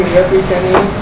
representing